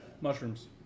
Mushrooms